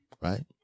Right